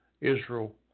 Israel